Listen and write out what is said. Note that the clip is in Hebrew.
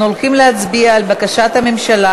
אנחנו הולכים להצביע על בקשת הממשלה,